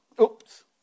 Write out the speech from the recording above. Oops